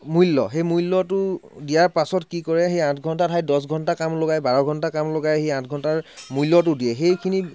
মূল্য সেই মূল্যটো দিয়াৰ পাছত কি কৰে সেই আঠ ঘন্টাৰ ঠাইত দছ ঘন্টা কাম লগাই বাৰ ঘন্টা কাম লগাই সি আঠ ঘন্টাৰ মূল্যটো দিয়ে সেইখিনি